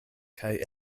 kaj